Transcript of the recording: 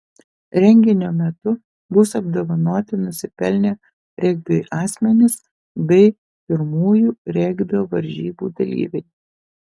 renginio metu bus apdovanoti nusipelnę regbiui asmenys bei pirmųjų regbio varžybų dalyviai